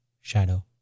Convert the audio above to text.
Shadow